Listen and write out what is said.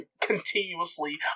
continuously